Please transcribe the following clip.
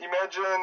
imagine